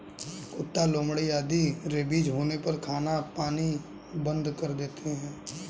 कुत्ता, लोमड़ी आदि रेबीज होने पर खाना पीना बंद कर देते हैं